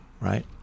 right